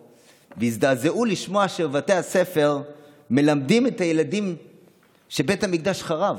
והזדעזעו לשמוע שבבתי הספר מלמדים את הילדים שבית המקדש חרב.